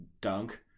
dunk